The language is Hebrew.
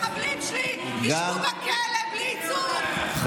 שהמחבלים שלי ישבו בכלא בלי ייצוג, זה מה שצריך.